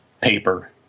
paper